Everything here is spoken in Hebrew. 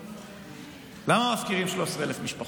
למה מפקירים 13,000 משפחות?